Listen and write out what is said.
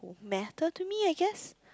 matter to me I guess